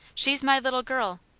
she's my little girl.